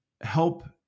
help